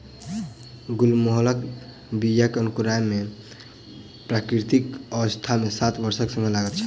गुलमोहरक बीया के अंकुराय मे प्राकृतिक अवस्था मे सात वर्षक समय लगैत छै